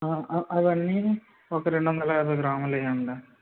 అవన్నీ ఒక రెండు వందల యాభై గ్రాములు వేయండి